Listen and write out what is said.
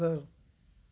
घरु